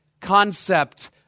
concept